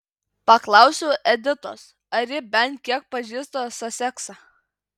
paklausiau editos ar ji bent kiek pažįsta saseksą